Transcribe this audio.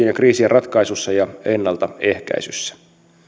ja kriisien ratkaisussa ja ennaltaehkäisyssä